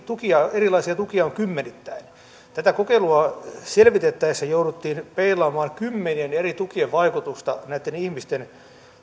tukia erilaisia tukia on kymmenittäin tätä kokeilua selvitettäessä jouduttiin peilaamaan kymmenien eri tukien vaikutusta näitten ihmisten